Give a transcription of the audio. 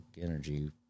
energy